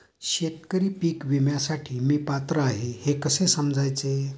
शेतकरी पीक विम्यासाठी मी पात्र आहे हे कसे समजायचे?